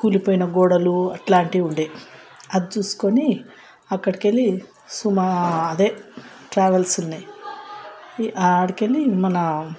కూలిపోయిన గోడలు అలాంటివి ఉండే అది చూసుకొని అక్కడికి వెళ్ళి సుమో అదే ట్రావెల్స్ ఉన్నాయి ఆడకి వెళ్ళి మన